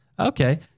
Okay